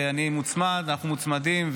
אנחנו מוצמדים,